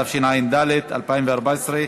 התשע"ד 2014,